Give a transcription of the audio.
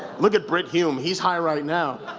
look at britt hume! he's high right now!